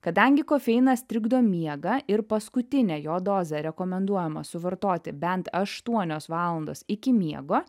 kadangi kofeinas trikdo miegą ir paskutinę jo dozę rekomenduojama suvartoti bent aštuonios valandos iki miego